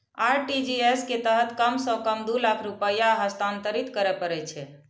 RTGS के तहत कम सं कम दू लाख रुपैया हस्तांतरित करय पड़ै छै